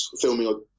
filming